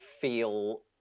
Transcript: feel